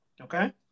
okay